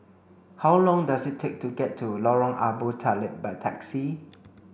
how long does it take to get to Lorong Abu Talib by taxi